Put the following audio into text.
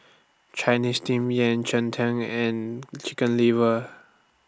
Chinese Steamed Yam Cheng Tng and Chicken Liver